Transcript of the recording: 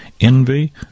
envy